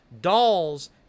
Dolls